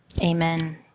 amen